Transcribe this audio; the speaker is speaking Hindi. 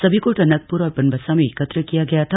सभी को टनकप्र और बनबसा में एकत्र किया गया था